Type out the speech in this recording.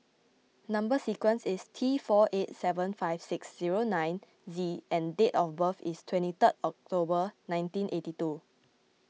Number Sequence is T four eight seven five six zero nine Z and date of birth is twenty third October nineteen eighty two